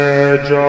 edge